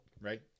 right